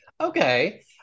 Okay